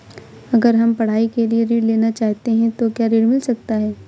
अगर हम पढ़ाई के लिए ऋण लेना चाहते हैं तो क्या ऋण मिल सकता है?